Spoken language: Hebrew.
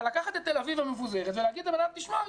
אבל לקחת את תל אביב המבוזרת ולהגיד לבן אדם: תשמע,